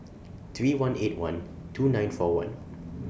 three one eight one two nine four one